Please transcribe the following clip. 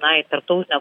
tai tarptautinę